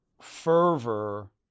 fervor